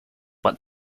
but